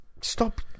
Stop